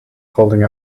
holding